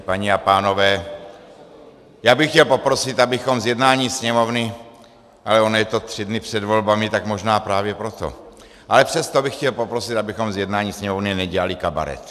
Paní a pánové, já bych chtěl poprosit, abychom z jednání Sněmovny, ale ono je to tři dny před volbami, tak možná právě proto, ale přesto bych chtěl poprosit, abychom z jednání Sněmovny nedělali kabaret.